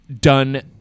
done